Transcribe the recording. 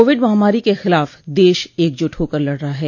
Covid महामारी के खिलाफ देश एकजुट होकर लड़ रहा है